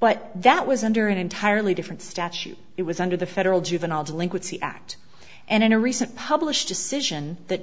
but that was under an entirely different statute it was under the federal juvenile delinquency act and in a recent published decision that